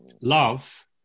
love